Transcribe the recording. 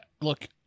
look